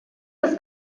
das